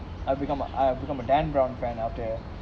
I've become a I have become a dan brown fan after